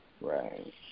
Right